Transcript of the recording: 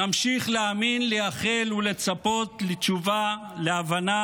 נמשיך להאמין, לייחל ולצפות לתשובה, להבנה